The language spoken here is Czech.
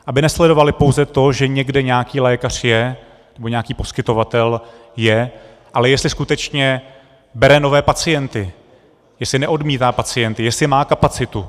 Aby nesledovaly pouze to, že někde nějaký lékař je, nebo nějaký poskytovatel je, ale jestli skutečně bere nové pacienty, jestli neodmítá pacienty, jestli má kapacitu.